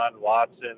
Watson